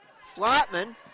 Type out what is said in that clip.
Slotman